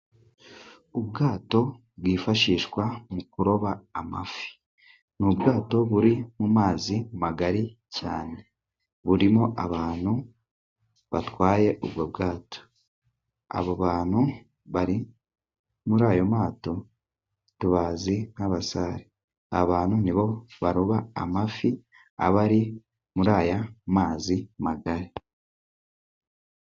Ubwato bwifashishwa mu kuroba amafi. Ni ubwato buri mu mazi magari cyane. Burimo abantu batwaye ubwo bwato. Abo bantu bari muri ayo mato, tubazi nk'abasare. Abantu nibo baroba amafi aba ari muri aya mazi magari.